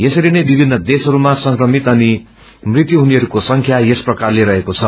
यसरीनै विभिन्न देशहरूमा संक्रमितहरू अनि मृत्यू हुनेहरूको संख्या यस प्रकार रहेको छ